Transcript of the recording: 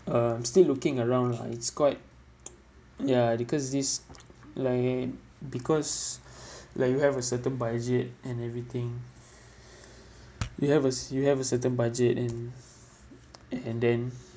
uh I'm still looking around lah it's quite ya because this like because like you have a certain budget and everything you have a c~ you have a certain budget and and then